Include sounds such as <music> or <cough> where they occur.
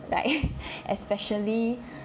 like <laughs> especially